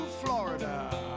Florida